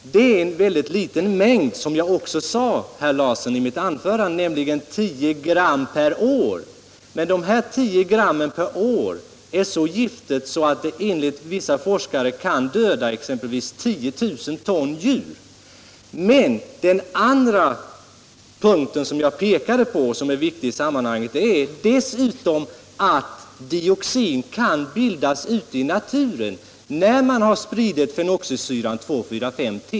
Det är en väldigt liten mängd — som jag också sade i mitt anförande — nämligen 10 g år är enligt vissa forskare så giftiga att de kan döda exempelvis 10 000-tals djur. Den andra viktiga punkten som jag pekade på i sammanhanget är att dioxin kan bildas ute i naturen när man har spridit fenoxisyran 2,4,5-T.